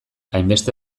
hainbeste